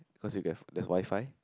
because you get there's WiFi